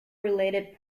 related